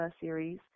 series